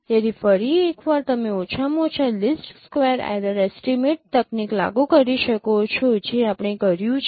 તેથી ફરી એકવાર તમે ઓછામાં લીસ્ટ સ્કવેર એરર એસ્ટીમેટ તકનીક લાગુ કરી શકો છો જે આપણે કર્યું છે